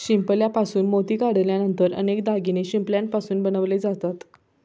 शिंपल्यापासून मोती काढल्यानंतर अनेक दागिने शिंपल्यापासून बनवले जातात